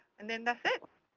and then that's it.